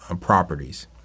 properties